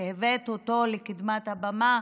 הנושא שהבאת לקדמת הבמה,